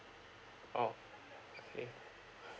oh K